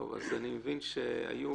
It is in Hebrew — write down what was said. אני מבין שהיו,